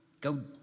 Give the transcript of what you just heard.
go